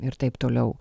ir taip toliau